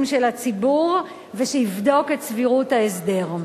של הציבור ויבדוק את סבירות ההסדר.